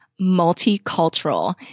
multicultural